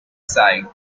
side